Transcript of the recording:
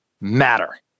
matter